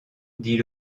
dit